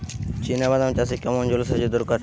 চিনাবাদাম চাষে কেমন জলসেচের দরকার?